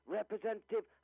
representative